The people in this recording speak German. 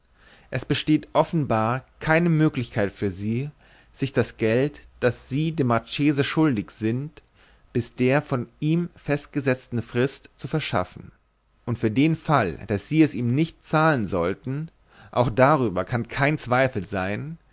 es besteht offenbar keine möglichkeit für sie sich das geld das sie dem marchese schuldig sind bis zu der von ihm festgesetzten frist zu verschaffen und für den fall daß sie es ihm nicht zahlen sollten auch darüber kann kein zweifel sein